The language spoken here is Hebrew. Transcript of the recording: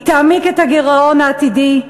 היא תעמיק את הגירעון העתידי,